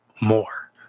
more